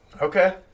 Okay